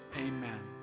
amen